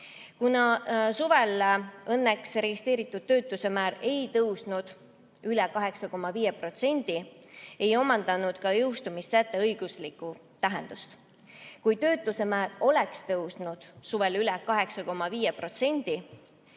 Kuna suvel õnneks registreeritud töötuse määr ei tõusnud üle 8,5%, ei omandanud ka jõustumissäte õiguslikku tähendust. Kui töötuse määr oleks tõusnud suvel üle 8,5%,